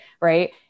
right